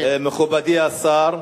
אדוני היושב-ראש, מכובדי השר,